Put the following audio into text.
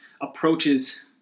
approaches